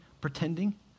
pretending